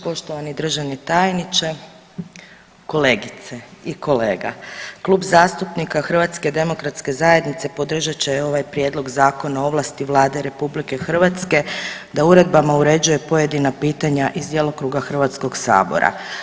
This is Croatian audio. Poštovani državni tajniče, kolegice i kolega, Klub zastupnika HDZ-a podržat će ovaj Prijedlog Zakona o ovlasti Vlade RH da uredbama uređuje pojedina pitanja iz djelokruga Hrvatskog sabora.